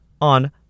on